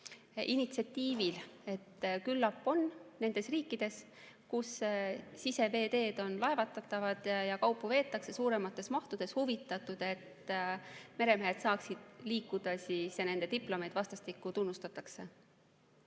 initsiatiivil. Küllap on need riigid, kus siseveeteed on laevatatavad ja kaupu veetakse suuremas mahus, huvitatud, et meremehed saaksid liikuda ja nende diplomeid vastastikku tunnustataks.